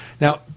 Now